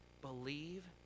Believe